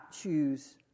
choose